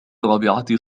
الرابعة